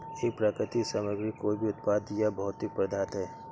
एक प्राकृतिक सामग्री कोई भी उत्पाद या भौतिक पदार्थ है